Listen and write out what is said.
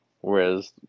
whereas